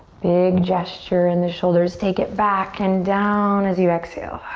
big gesture in the shoulders. take it back and down as you exhale.